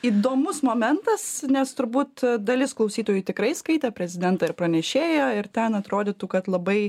įdomus momentas nes turbūt dalis klausytojų tikrai skaitė prezidentą ir pranešėją ir ten atrodytų kad labai